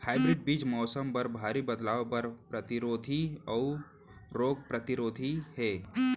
hybrid बीज मौसम मा भारी बदलाव बर परतिरोधी अऊ रोग परतिरोधी हे